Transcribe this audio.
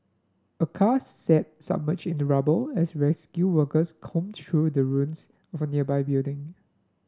a car sat submerged in the rubble as rescue workers combed through the ruins of a nearby building